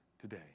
today